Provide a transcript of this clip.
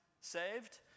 saved